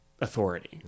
authority